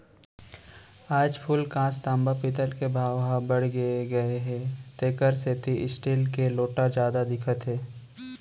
आज फूलकांस, तांबा, पीतल के भाव ह बाड़गे गए हे तेकर सेती स्टील के लोटा जादा दिखत हे